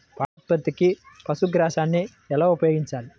పాల ఉత్పత్తికి పశుగ్రాసాన్ని ఎలా ఉపయోగించాలి?